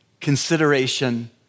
consideration